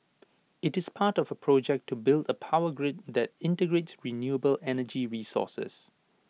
IT is part of project to build A power grid that integrates renewable energy sources